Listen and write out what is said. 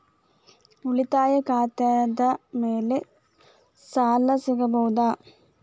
ಉಳಿತಾಯ ಖಾತೆದ ಮ್ಯಾಲೆ ಸಾಲ ಸಿಗಬಹುದಾ?